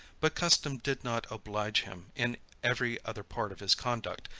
but custom did not oblige him, in every other part of his conduct,